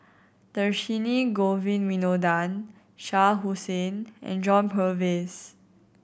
Dhershini Govin Winodan Shah Hussain and John Purvis